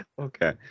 Okay